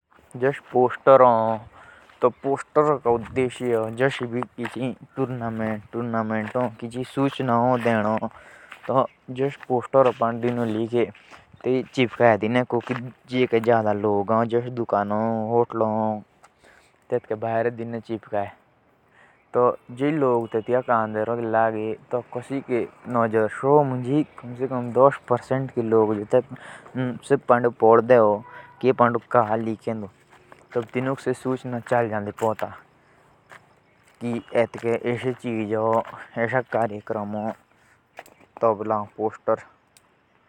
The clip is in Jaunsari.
जस जो पोसतर होन तो तेत लिया एक तोरह से कोतुंई चिजा का पोर्चार कोरनोक हो। जेत्तुं चिजा का पोर्चार कोर्ना हो तेत्तुक पोस्तरो पंद छपे कोरी। पोस्तर दे चिपकाए।